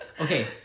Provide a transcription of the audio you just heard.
Okay